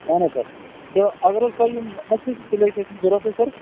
اَہن حظ سر تہٕ اگر حظ تۄہہِ یِم ٲسۍ اَسہِ یِم ضوٚرت حظ سر